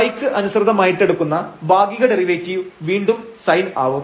y ക്ക് അനുസൃതമായിട്ട് എടുക്കുന്ന ഭാഗിക ഡെറിവേറ്റീവ് വീണ്ടും sin ആവും